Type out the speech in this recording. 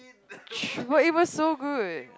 but it was so good